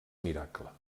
miracle